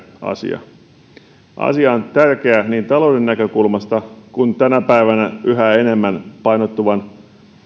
asia on tärkeä niin talouden näkökulmasta kuin tänä päivänä yhä enemmän painottuvan